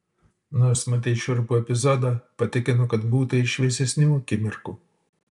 nors matei šiurpų epizodą patikinu kad būta ir šviesesnių akimirkų